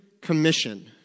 commission